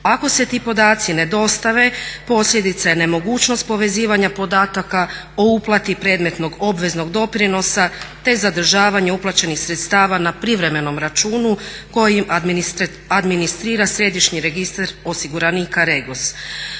Ako se ti podaci ne dostave posljedica je nemogućnost povezivanja podataka o uplati predmetnog obveznog doprinosa te zadržavanje uplaćenih sredstava na privremenom računu kojim administrira središnji registar osiguranika Regos.